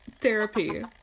Therapy